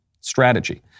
strategy